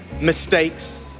mistakes